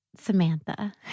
Samantha